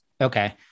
Okay